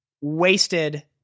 wasted